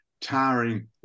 towering